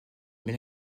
mais